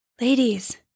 Ladies